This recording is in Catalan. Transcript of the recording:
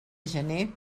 gener